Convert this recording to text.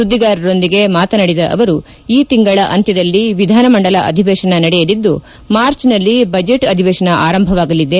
ಸುದ್ದಿಗಾರರೊಂದಿಗೆ ಮಾತನಾದಿದ ಅವರು ಈ ತಿಂಗಳ ಅಂತ್ಯದಲ್ಲಿ ವಿಧಾನಮಂಡಲ ಅಧಿವೇಶನ ನಡೆಯಲಿದ್ದು ಮಾರ್ಚ್ನಲ್ಲಿ ಬಜೆಟ್ ಅಧಿವೇಶನ ಆರಂಭವಾಗಲಿದೆ